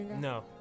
No